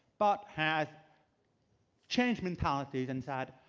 but has changed mentalities and said,